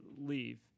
leave